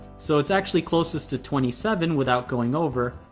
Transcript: so it's actually closest to twenty seven without going over,